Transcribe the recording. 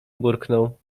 burknął